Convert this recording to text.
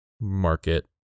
market